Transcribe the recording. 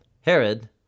Herod